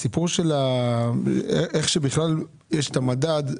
הסיפור איך שבכלל יש את המדד,